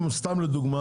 שאם סתם לדוגמה